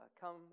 come